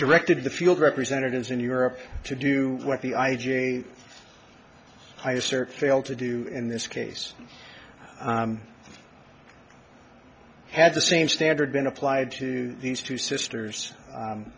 directed the field representatives in europe to do what the i j a i assert failed to do in this case had the same standard been applied to these two sisters